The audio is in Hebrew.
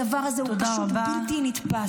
הדבר הזה הוא פשוט בלתי נתפס.